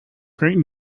great